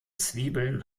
zwiebeln